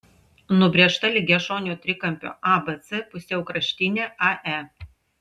nubrėžta lygiašonio trikampio abc pusiaukraštinė ae